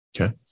Okay